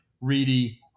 Reedy